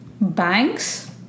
banks